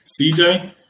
CJ